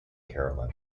carolyn